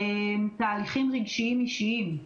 תהליכים רגשיים אישיים,